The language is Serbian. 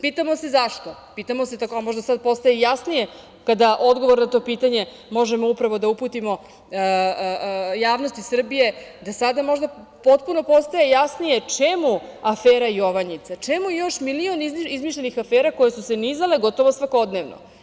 Pitamo se zašto, pitamo se, a možda sada postaje jasnije kada odgovor na to pitanje možemo upravo da uputimo javnosti Srbije da sada možda postaje potpuno jasnije čemu afera „Jovanjica“, čemu još milion izmišljenih afera koje su se nizale gotovo svakodnevno?